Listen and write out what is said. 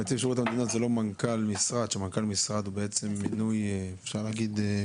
מנכ"ל משרד הוא לא נציב